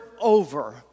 over